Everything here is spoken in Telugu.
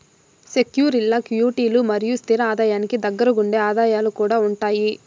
సెక్యూరీల్ల క్విటీలు మరియు స్తిర ఆదాయానికి దగ్గరగుండే ఆదాయాలు కూడా ఉండాయి